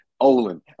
Olin